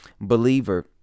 believer